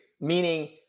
meaning